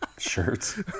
shirts